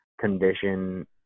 condition